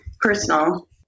personal